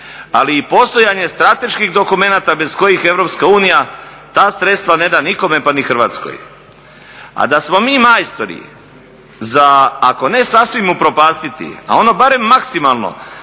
ali i postojanje strateških dokumenata bez kojih EU ta sredstva ne da nikome pa ni Hrvatskoj. A da smo mi majstori za ako ne sasvim upropastiti a ono barem maksimalno